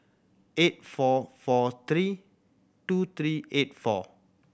eight four four three two three eight four